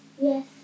yes